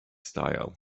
style